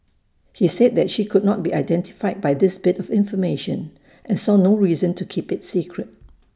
he said that she could not be identified by this bit of information and saw no reason to keep IT secret